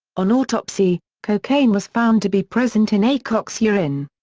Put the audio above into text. on autopsy, cocaine was found to be present in aycock's urine.